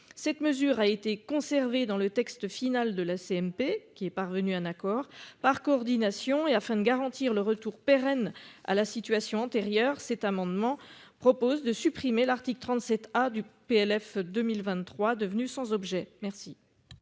Cette mesure a été conservé dans le texte final de la CMP qui est parvenu à un accord par coordination et afin de garantir le retour pérenne à la situation antérieure. Cet amendement propose de supprimer l'article 37 du PLF 2023 devenue sans objet, merci.--